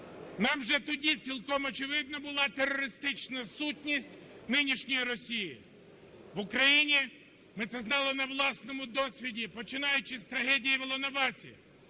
Нам вже тоді цілком очевидна була терористична сутність нинішньої Росії. В Україні ми це знали на власному досвіді, починаючи з трагедії у Волновасі,